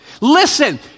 Listen